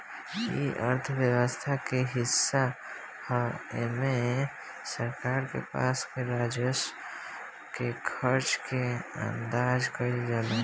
इ अर्थव्यवस्था के हिस्सा ह एमे सरकार के पास के राजस्व के खर्चा के अंदाज कईल जाला